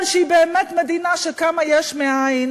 מפני שהיא באמת מדינה שקמה יש מאין,